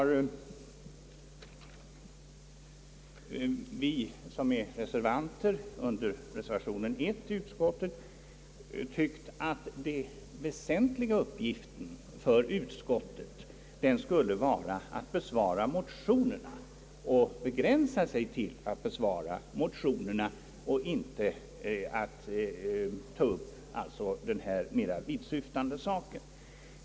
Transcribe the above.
Vi som står för reservation 1 har tyckt att den väsentliga uppgiften för utskottet borde ha varit att begränsa sig till att besvara motionerna och inte ta upp mera vittsyftande saker.